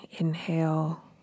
Inhale